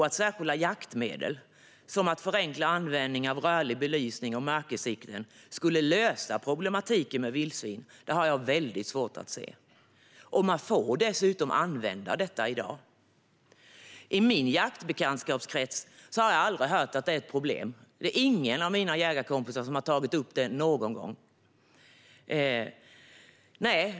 Att särskilda jaktmedel som att förenkla användning av rörlig belysning och mörkersikten skulle lösa problematiken med vildsvin har jag väldigt svårt att se. Man får dessutom använda detta i dag. I min jaktbekantskapskrets har jag aldrig hört att det är ett problem; det är ingen av mina jägarkompisar som har tagit upp det, någonsin.